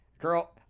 Girl